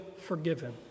forgiven